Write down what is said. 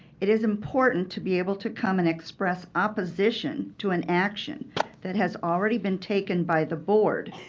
it is important to be able to come and express opposition to an action that has already been taken by the board.